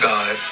God